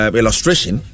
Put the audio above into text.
illustration